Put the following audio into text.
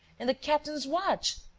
and the captain's watch!